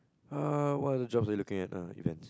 err what other jobs are you looking at err event